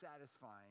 satisfying